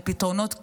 על פתרונות צרים,